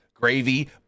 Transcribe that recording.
gravy